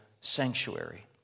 sanctuary